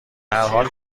هرحال